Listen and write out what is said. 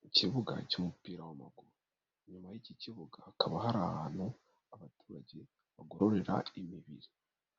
Mu kibuga cy'umupira w'amaguru, inyuma y'iki kibuga hakaba hari ahantu abaturage bagororera imibiri .